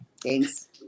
Thanks